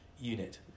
unit